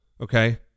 okay